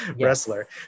wrestler